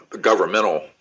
governmental